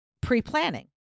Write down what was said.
pre-planning